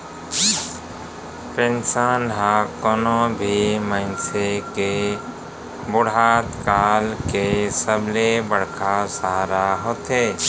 pension ह कोनो भी मनसे के बुड़हत काल के सबले बड़का सहारा होथे